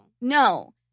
No